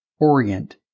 orient